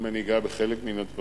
אם אני אגע בחלק מהדברים,